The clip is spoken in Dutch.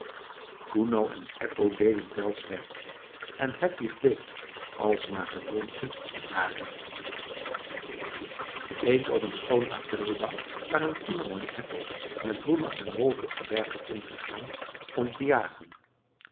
kuno en eppo deden tell's werk en hedwig deed als naar gewoonte het hare eens op een schoonen aprildag waren kuno en eppo met bruno en wolf het gebergte ingegaan om te jagen